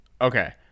Okay